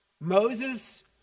Moses